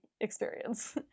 experience